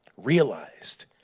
Realized